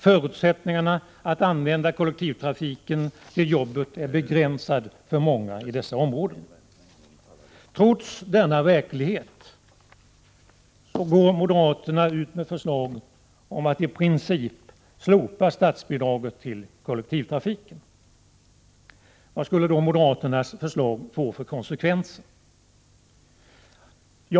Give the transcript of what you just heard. Förutsättningarna att använda kollektivtrafiken till jobbet är begränsade för många i dessa områden. Trots denna verklighet går moderaterna ut med förslag om att i princip slopa statsbidraget till kollektivtrafiken. Vad skulle då moderaternas förslag få för konsekvenser?